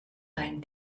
dein